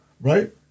right